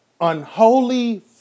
unholy